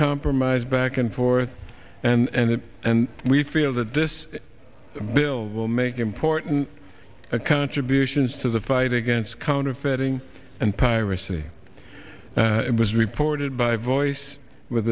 compromise back and forth and and we feel that this bill will make important contributions to the fight against counterfeiting and piracy was reported by voice with